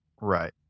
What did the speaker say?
Right